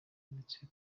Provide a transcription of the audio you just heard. ndetse